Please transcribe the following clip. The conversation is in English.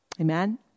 Amen